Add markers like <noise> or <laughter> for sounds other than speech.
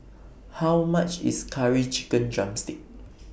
<noise> How much IS Curry Chicken Drumstick <noise>